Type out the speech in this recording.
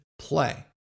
play